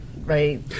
right